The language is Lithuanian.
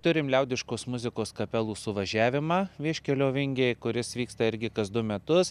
turim liaudiškos muzikos kapelų suvažiavimą vieškelio vingiai kuris vyksta irgi kas du metus